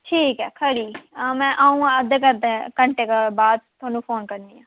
ठीक ऐ खरी मै अ'ऊं अद्धे घैंटे बाद थोहानू फोन करनी आं